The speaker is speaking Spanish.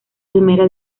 primera